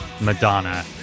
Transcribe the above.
Madonna